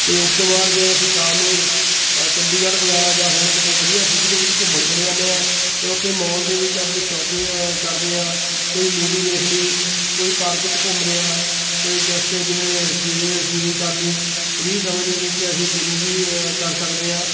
ਅਤੇ ਉਸ ਤੋਂ ਬਾਅਦ ਜੇ ਅਸੀਂ ਸ਼ਾਮ ਨੂੰ ਚੰਡੀਗੜ੍ਹ ਵਗੈਰਾ ਜਾਂ ਹੋਰ ਕਿਤੇ ਵਧੀਆ ਸਿਟੀ ਦੇ ਵਿੱਚ ਘੁੰਮਣ ਚਲੇ ਜਾਂਦੇ ਹਾਂ ਅਤੇ ਉੱਥੇ ਮੋਲ ਦੇ ਵਿੱਚ ਆਪਣੀ ਸ਼ੋਪਿੰਗ ਕਰਦੇ ਹਾਂ ਕੋਈ ਮੂਵੀ ਦੇਖ ਲਈ ਕੋਈ ਪਾਰਕ 'ਚ ਘੁੰਮ ਲਿਆ ਕੋਈ ਜੈਸਟ ਜਿਵੇਂ ਸਵੀਮਿੰਗ ਸਵੀਮਿੰਗ ਕਰ ਲਈ ਫਰੀ ਸਮੇਂ ਦੇ ਵਿੱਚ ਅਸੀਂ ਜਿੰਮ ਵੀ ਕਰ ਸਕਦੇ ਹਾਂ